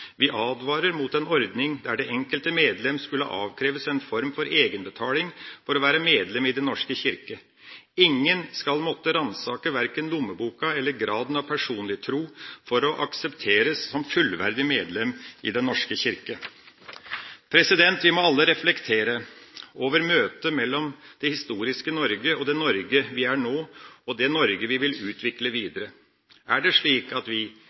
Vi advarer mot en ordning der det enkelte medlem skulle avkreves en form for egenbetaling for å være medlem i Den norske kirke. Ingen skal måtte ransake verken lommeboka eller graden av personlig tro for å aksepteres som fullverdig medlem i Den norske kirke. Vi må alle reflektere over møtet mellom det historiske Norge og det Norge vi er nå, og det Norge vi vil utvikle videre. Er det slik at vi